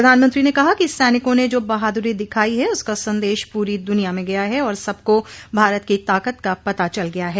प्रधानमंत्री ने कहा कि सैनिकों ने जो बहादुरी दिखाई है उसका संदेश पूरी दुनिया में गया है और सबको भारत की ताकत का पता चल गया है